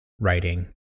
writing